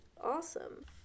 awesome